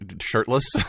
shirtless